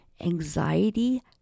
Anxiety